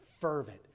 fervent